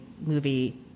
movie